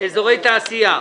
אזורי תעשייה.